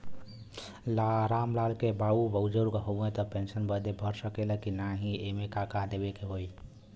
राम लाल के बाऊ बुजुर्ग ह ऊ पेंशन बदे भर सके ले की नाही एमे का का देवे के होई?